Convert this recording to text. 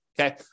Okay